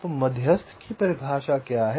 तो मध्यस्थ की परिभाषा क्या है